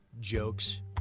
jokes